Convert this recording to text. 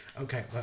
Okay